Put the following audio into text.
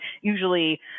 usually